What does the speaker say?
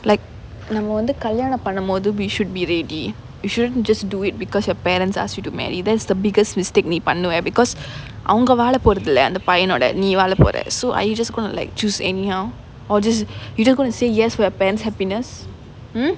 like நம்ம வந்து கல்யாணம் பண்ணும்போது:namma vanthu kalyaanam pannumpothu we should be ready you shouldn't just do it because your parents ask you to marry that's the biggest mistake நீ பண்ணுவ:nea pannuva because அவங்க வாழப்போறதில்ல அந்த பையனோட நீ வாழப்போற:avanga vaalapporathilla antha paiyanoda nee vaalappora so are you just gonna like choose anyhow or just you just going to say yes for your parent's happiness hmm